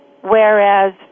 whereas